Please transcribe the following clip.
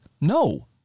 No